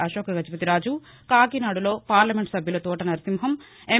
అశోక్ గజపతి రాజు కాకినాడలో పార్లమెంట్ సభ్యులు తోట సరసింహం ఎం